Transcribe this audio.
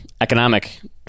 economic